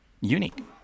unique